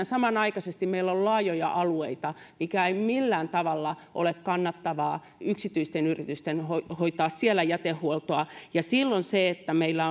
samanaikaisesti meillä on laajoja alueita missä ei millään tavalla ole kannattavaa yksityisten yritysten hoitaa hoitaa jätehuoltoa silloin se että meillä